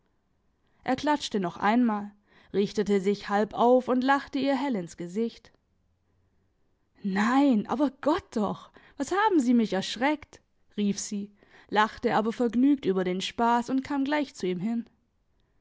er klatschte noch einmal richtete sich halb auf und lachte ihr hell ins gesicht nein aber gott doch was haben sie mich erschreckt rief sie lachte aber vergnügt über den spass und kam gleich zu ihm hin